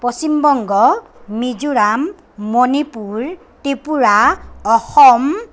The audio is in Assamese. পশ্চিমবংগ মিজোৰাম মণিপুৰ ত্ৰিপুৰা অসম